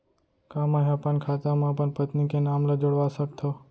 का मैं ह अपन खाता म अपन पत्नी के नाम ला जुड़वा सकथव?